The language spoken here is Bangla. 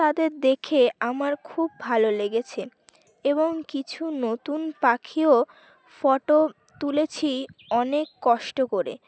তাদের দেখে আমার খুব ভালো লেগেছে এবং কিছু নতুন পাখিও ফটো তুলেছি অনেক কষ্ট করে